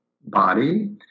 body